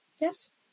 yes